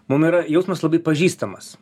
mum yra jausmas labai pažįstamas